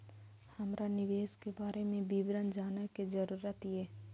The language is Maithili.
हमरा निवेश के बारे में विवरण जानय के जरुरत ये?